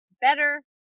better